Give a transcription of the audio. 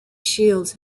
shields